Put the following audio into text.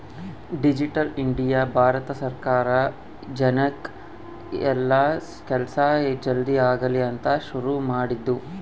digital India Bharat ಸರ್ಕಾರ ಜನಕ್ ಎಲ್ಲ ಕೆಲ್ಸ ಜಲ್ದೀ ಆಗಲಿ ಅಂತ ಶುರು ಮಾಡಿದ್ದು